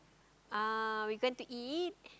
uh we going to eat